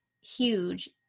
huge